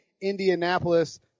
Indianapolis